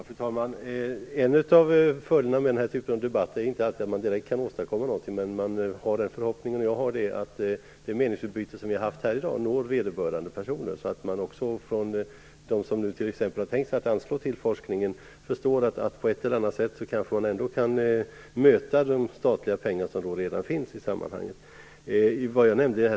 Fru talman! En av följderna med den här typen av debatt är inte att man direkt kan åstadkomma så mycket, men man har den förhoppningen att det meningsutbyte som vi har haft här i dag når vederbörande personer. Då kanske de som har tänkt sig att anslå medel till forskningen förstår att de statliga pengar som redan finns kan mötas på ett eller annat sätt.